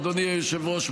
אדוני היושב-ראש,